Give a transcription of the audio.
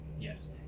Yes